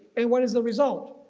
and what is the result?